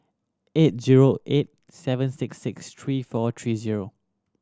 eight zero eight seven six six three four three zero